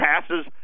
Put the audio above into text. passes